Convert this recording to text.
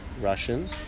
Russian